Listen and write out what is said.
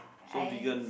I